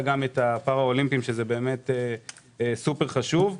גם את הפארא אולימפיים סופר חשוב.